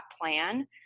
plan